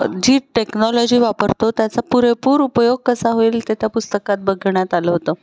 जी technology वापरतो त्याचा पुरेपूर उपयोग कसा होईल ते त्या पुस्तकात बघण्यात आलं होतं